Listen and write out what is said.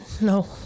No